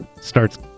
starts